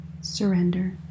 Surrender